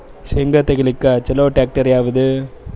ಶೇಂಗಾ ತೆಗಿಲಿಕ್ಕ ಚಲೋ ಟ್ಯಾಕ್ಟರಿ ಯಾವಾದು?